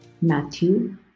Matthew